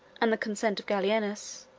and the consent of gallienus,